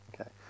Okay